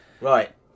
right